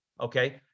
okay